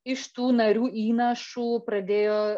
iš tų narių įnašų pradėjo